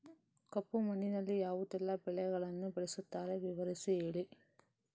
ಕಪ್ಪು ಮಣ್ಣಿನಲ್ಲಿ ಯಾವುದೆಲ್ಲ ಬೆಳೆಗಳನ್ನು ಬೆಳೆಸುತ್ತಾರೆ ವಿವರಿಸಿ ಹೇಳಿ